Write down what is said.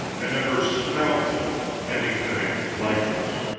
and never smelt anything like it.